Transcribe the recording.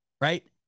right